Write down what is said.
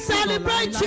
Celebrate